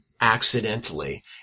accidentally